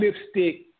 lipstick